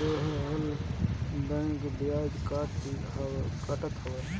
देहला पअ बैंक बियाज काटत हवे